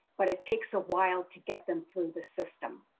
but it takes a while to get them through the system.